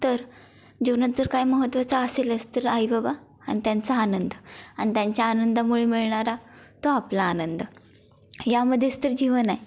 तर जीवनात जर काय महत्त्वाचं असेलच तर आई बाबा आणि त्यांचा आनंद आणि त्यांच्या आनंदामुळे मिळणारा तो आपला आनंद यामध्येच तर जीवन आहे